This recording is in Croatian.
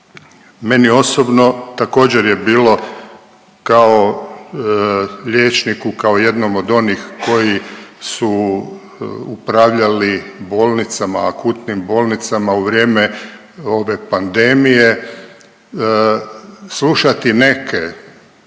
Meni osobno također je bilo kao liječniku, kao jednom od onih koji su upravljali bolnicama akutnim bolnicama u vrijeme ove pandemije, slušati neke,